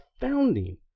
founding